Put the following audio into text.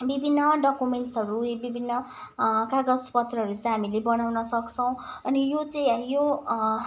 विभिन्न डकुमेन्टसहरू यी विभिन्न कागज पत्रहरू चाहिँ हामीले बनाउन सक्छौँ अनि यो चाहिँ यो